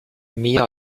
mehr